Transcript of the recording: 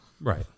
Right